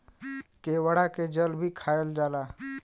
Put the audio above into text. केवड़ा के जल भी खायल जाला